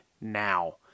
now